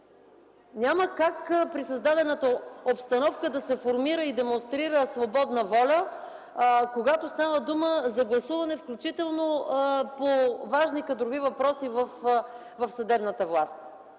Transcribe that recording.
Няма как при създадената обстановка да се формира и демонстрира свободна воля, когато става дума за гласуване, включително по важни кадрови въпроси в съдебната власт.